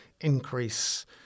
increase